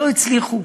ולא הצליחו.